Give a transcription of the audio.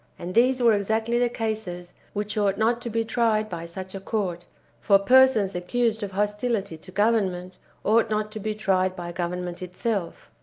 and these were exactly the cases which ought not to be tried by such a court for persons accused of hostility to government ought not to be tried by government itself.